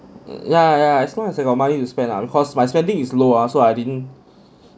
yeah yeah as long as I got money to spend ah cause my spending is low ah so I didn't